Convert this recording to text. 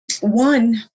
one